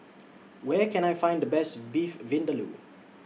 Where Can I Find The Best Beef Vindaloo